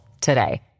today